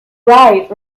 bright